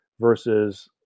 versus